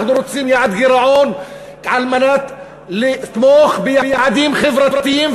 אנחנו רוצים יעד גירעון כדי לתמוך ביעדים חברתיים,